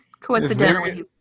Coincidentally